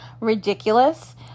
ridiculous